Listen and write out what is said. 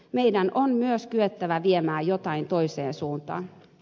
meidän on myös kyettävä viemään jotain toiseen suuntaan